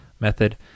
method